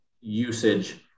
usage